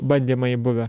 bandymai buvę